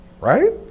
right